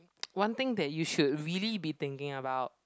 one thing that you should really be thinking about